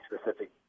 specific